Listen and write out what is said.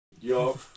yo